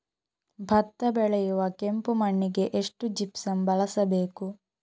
ಭತ್ತ ಬೆಳೆಯುವ ಕೆಂಪು ಮಣ್ಣಿಗೆ ಎಷ್ಟು ಜಿಪ್ಸಮ್ ಬಳಸಬೇಕು?